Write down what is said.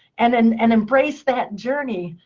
and and and embrace that journey.